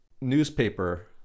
newspaper